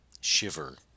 shiver